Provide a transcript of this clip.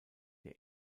der